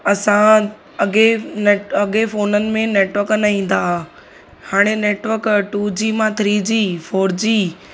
असां अॻे नेट अॻे फ़ोननि में नेटवर्क न ईंदा हुआ हाणे नेटवर्क टू जी मां थ्री जी फोर जी